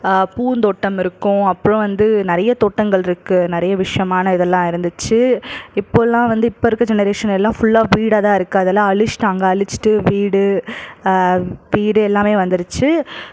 பூந்தோட்டம் இருக்கும் அப்புறம் வந்து நிறைய தோட்டங்கள் இருக்குது நிறைய விஷயமான இதெல்லாம் இருந்துச்சு இப்போல்லாம் வந்து இப்போ இருக்க ஜெனெரேஷன் எல்லாம் ஃபுல்லா வீடா தான் இருக்கு அதெல்லாம் அழிச்சிட்டாங்கள் அழிச்சிட்டு வீடு வீடு எல்லாமே வந்துருச்சு